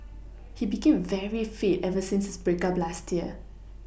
he became very fit ever since his break up last year